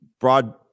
broad